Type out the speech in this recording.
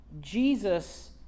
Jesus